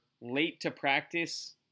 late-to-practice